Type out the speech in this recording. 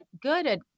good